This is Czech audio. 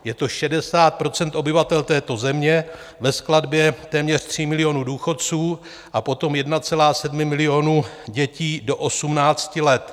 Je to 60 % obyvatel této země ve skladbě téměř 3 milionů důchodců a potom 1,7 milionu dětí do 18 let.